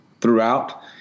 throughout